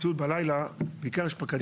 במציאות בלילה יש בעיקר פקדים.